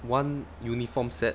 one uniform set